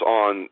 on